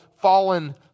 fallen